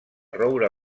roure